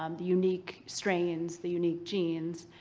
um the unique strains, the unique genes,